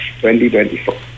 2024